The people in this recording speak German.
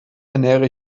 ernähre